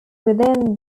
within